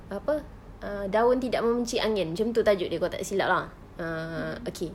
apa uh daun tidak membenci angin macam itu tajuk dia kalau tak silap ah ah okay